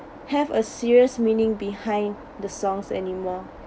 have a serious meaning behind the songs anymore